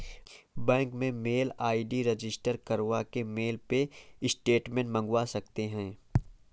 bank में mail ID register करवा के मेल पे स्टेटमेंट मंगवा सकते है